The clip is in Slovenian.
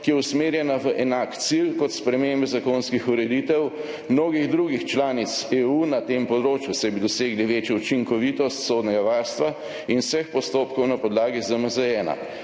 ki je usmerjena v enak cilj kot spremembe zakonskih ureditev mnogih drugih članic EU na tem področju, saj bi dosegli večjo učinkovitost sodnega varstva in vseh postopkov na podlagi ZMZ-1.